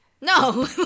no